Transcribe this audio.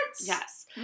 Yes